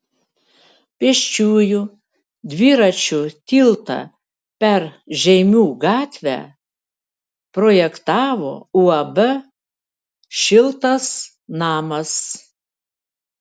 pėsčiųjų dviračių tiltą per žeimių gatvę projektavo uab šiltas namas